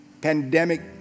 pandemic